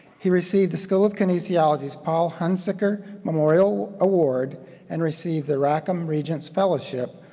he received the school of kinesiology's paul hunsicker memorial award and received the rackham regents fellowship,